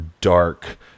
dark